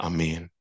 Amen